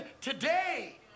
today